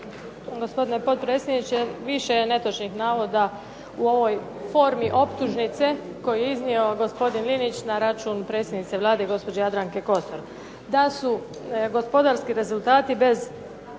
Gospodine potpredsjedniče, više je netočnih navoda u ovoj formi optužnice koju je iznio gospodin Linić na račun predsjednice Vlade gospođe Jadranke Kosor, da su gospodarski rezultati bez,